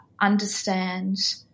understand